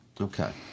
Okay